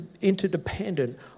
interdependent